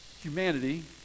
humanity